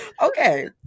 Okay